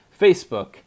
Facebook